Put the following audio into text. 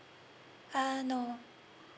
uh no